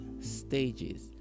stages